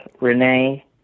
Renee